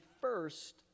first